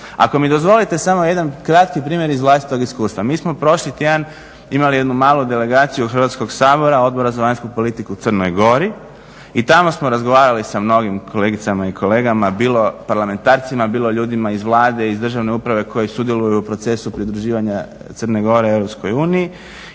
Ako mi dozvolite samo jedan kratki primjer iz vlastitog iskustva. Mi smo prošli tjedan imali jednu malu delegaciju Hrvatskog sabora i Odbora za vanjsku politiku u Crnoj Gori i tamo smo razgovarali sa mnogim kolegicama i kolegama bilo parlamentarcima, bilo ljudima iz Vlade, iz državne uprave koji sudjeluju u procesu pridruživanja Crne Gore EU